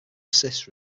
assists